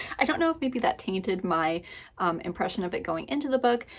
i don't know if maybe that tainted my impression of it going into the book.